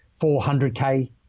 400K